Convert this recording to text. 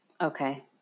Okay